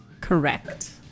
Correct